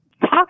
talk